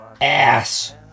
Ass